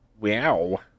Wow